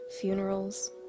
funerals